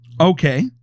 Okay